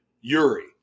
Yuri